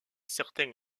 certains